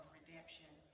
redemption